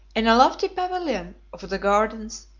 in a lofty pavilion of the gardens,